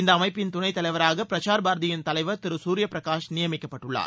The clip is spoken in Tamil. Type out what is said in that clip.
இந்த அமைப்பின் துணைத்தலைவராக பிரச்சார் பாரதியின் தலைவர் திரு சசூரியபிரகாஷ் நியமிக்கப்பட்டுள்ளார்